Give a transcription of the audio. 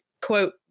quote